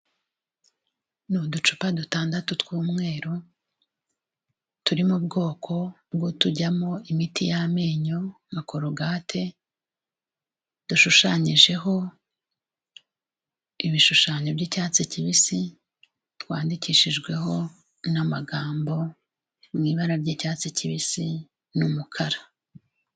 Ni uducupa dutandatu tw'umweru turi mu bwoko bw'utujyamo imiti y'amenyo nka Korogate, dushushanyijeho ibishushanyo by'icyatsi kibisi, twandikishijweho n'amagambo mu ibara ry'icyatsi kibisi n'umukara.